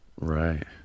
Right